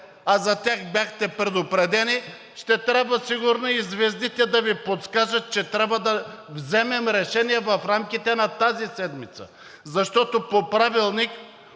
а за тях бяхте предупредени, ще трябва сигурно и звездите да Ви подскажат, че трябва да вземем решение в рамките на тази седмица, защото по Правилник